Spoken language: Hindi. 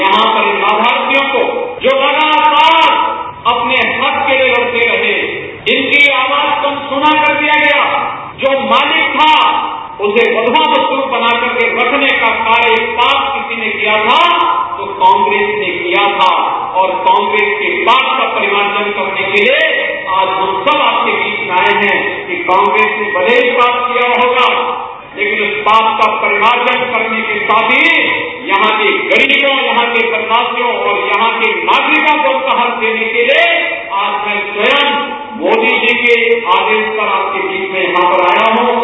यहां पर लाभार्थियों को जो लगातार अपने हक के लिए लड़ते रहे इनकी आवाज को अनसुना कर दिया गया जो मालिक था उसे बंधआ मजदूर बना करके रखने का कार्य पाप किसी ने किया था तो कांग्रेस ने किया था और कांग्रेस के पाप का परिमार्जन करने के लिए आज हम सब आपके बीच में आये हैं कि कांग्रेस ने भले ही पाप किया होगा लेकिन पाप का परिमार्जन करने के साथ ही यहां के गरीबों यहां के परिसाधियों और यहां के नागरिकों को उनका हक देने के लिए आज मैं स्वयं मोदी जी के आदेश पर आपके बीच में यहां पर आया हूँ